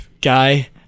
guy